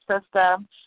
system